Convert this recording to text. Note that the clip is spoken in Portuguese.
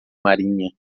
marinha